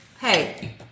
hey